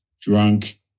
drunk